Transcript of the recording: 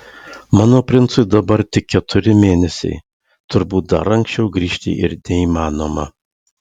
mano princui dabar tik keturi mėnesiai turbūt dar anksčiau grįžti ir neįmanoma